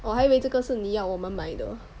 我还以为这个是你要我们买的